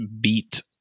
beat